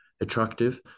attractive